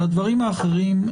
על הדברים האחרים,